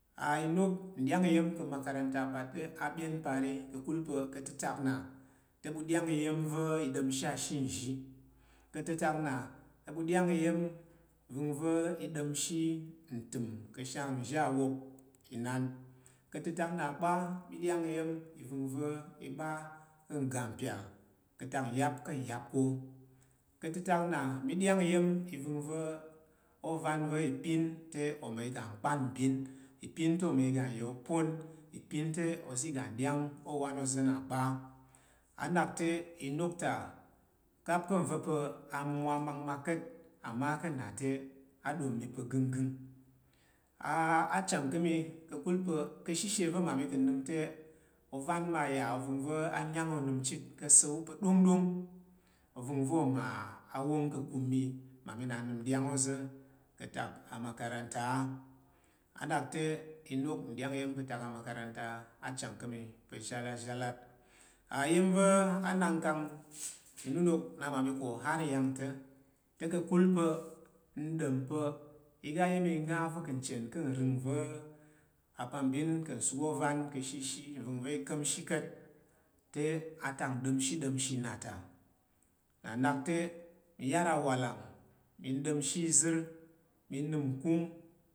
I nok nɗy’ang iya̱n ka̱ makaranta pa̱ te a’ ɓyen pari, kakula pa̱ ka̱ tətak n’a te ɓu ɗyang iya̱n va̱ i ɗamshi ashe nzhi. Ka̱ tətak n’a te ɓu ɗyang iya̱n i va̱ngva̱ i ɗamshi ntam nzhi awop inan. Ka̱tətak n’a kpa̱’ mi ɗya’ng va̱ngva̱ ovan va̱ ipin te oma i ga nkpan mbin. Ipin te̱ oma iga nya’ opon, ipin te ozi ga ɗying owun oza na’ kpan. A nak te inok ta, kap ka̱ nva̱ pa̱ amumwa makmak ka̱t amma ka̱’ nna’ te a’ ɗom mi pa̱ ganggang. achang ka̱’ mi ka̱kul pa̱ ka̱shishe va̱ mmami ka̱ nnam te ovan ma ya’ ovangva anya’ng onam chit ka̱ sa̱-wu pa̱ ɗongɗonh, ovangva̱ oma a’ wong ka̱ kummi, mmami na’ sa̱-wu pa̱ ɗongɗong, ovangva̱ oma a wong ka̱ kum mi, mmami na’ n nam ka̱ amakaranta a. A nak te inok nɗya’ng iya̱n ka̱ amakaranta a chang ka̱’ mi pa̱ zhalazhalat. Iya̱mva̱ a nang kanginunok nna ma mi ko ghar nyangta̱ te kakul pa̱ n ɗom pa̱ iya iya̱n igha va̱ ka̱ chen ka̱ nrang va̱ apambin ka̱ suk ovan ka̱ ta̱. Nna nak te n yar awalang, mi ɗamshi izar.